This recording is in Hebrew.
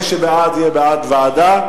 מי שבעד, יהיה בעד ועדה,